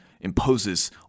imposes